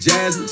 Jazz